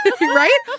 Right